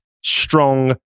strong